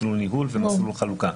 מסלול ניהול ומסלול חלוקה.